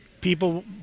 people